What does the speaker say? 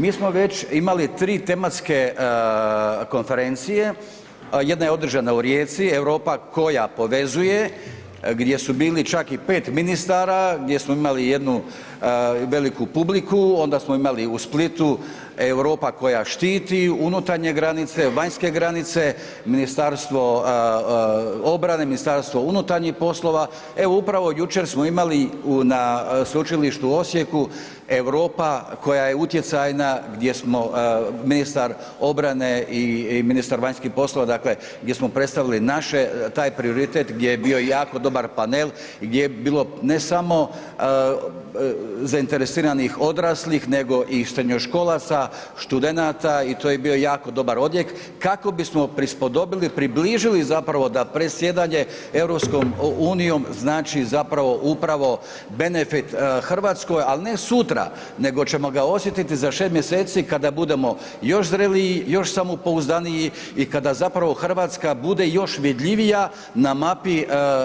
Mi smo već imali 3 tematske konferencije, jedna je održana u Rijeci, Europa koja povezuje gdje su bili čak i 5 ministara, gdje smo imali jednu veliku publiku, onda smo imali u Splitu, Europa koja štiti unutarnje granice, vanjske granice, Ministarstvo obrane, MUP, evo upravo jučer smo imali na Sveučilištu u Osijeku Europa koja je utjecajna gdje smo ministar obrane i ministar vanjskih poslova dakle gdje smo predstavili naš taj prioritet gdje je bio jako dobar panel, gdje je bilo ne samo zainteresiranih odraslih nego i srednjoškolaca, studenata i to je bio jako dobar odjek kako bismo prispodobili, približili zapravo da predsjedanje EU-om znači zapravo upravo benefit Hrvatskoj ali ne sutra, nego ćemo osjetiti za 6 mj. kada budemo još zreliji, još samopouzdaniji i kada zapravo Hrvatska bude još vidljivija na mapi